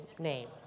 name